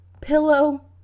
pillow